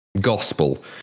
gospel